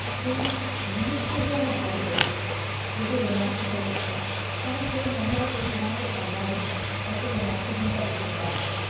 ଆର୍ ସେଇ ଜିନିଷ୍ କେ ହିଁ ଆମେ ଭାବିକରି ଯଦି ରୋମାଣ୍ଟିକ୍ ଅଛି ସେଟା ତ ଆମେ ସେ ମନରେ ସେ ଧ୍ୟାନରେ ଭାବମାଜେ ଏଇଟା ସେ ରୋମାଣ୍ଟିକ୍ ଗୀତ୍ ହେବାର୍ କଥା